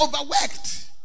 overworked